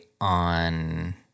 on